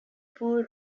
pool